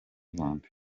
rwanda